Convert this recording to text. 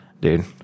Dude